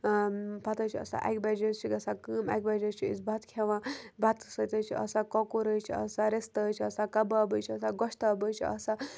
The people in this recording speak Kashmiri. پَتہٕ حظ چھِ آسان اَکہِ بَجہِ حظ چھِ گژھان کٲم اَکہِ بَجہ حظ چھِ أسۍ بَتہٕ کھٮ۪وان بَتَس سۭتۍ حظ چھِ آسان کۄکُر حظ چھِ آسان رِستہٕ حظ چھِ آسان کَباب حظ چھِ آسان گۄشتاب حظ چھِ آسان